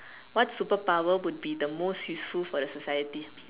what super power would be the most useful for the society